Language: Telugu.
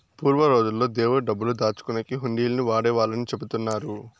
పూర్వం రోజుల్లో దేవుడి డబ్బులు దాచుకునేకి హుండీలను వాడేవాళ్ళని చెబుతున్నారు